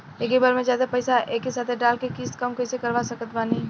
एके बार मे जादे पईसा एके साथे डाल के किश्त कम कैसे करवा सकत बानी?